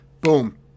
Boom